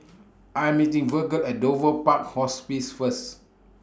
I Am meeting Virgle At Dover Park Hospice First